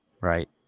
right